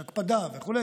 יש הקפדה וכו',